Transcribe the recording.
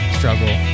struggle